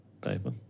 paper